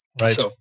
Right